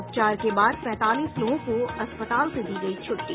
उपचार के बाद पैंतालीस लोगों को अस्पताल से दी गयी छुट्टी